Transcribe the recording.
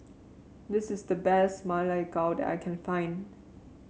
this is the best Ma Lai Gao that I can find